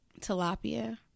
tilapia